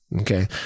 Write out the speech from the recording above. Okay